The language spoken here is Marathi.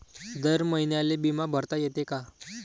दर महिन्याले बिमा भरता येते का?